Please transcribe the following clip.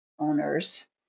Owners